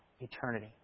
eternity